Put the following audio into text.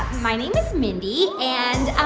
my name is mindy. and